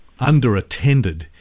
underattended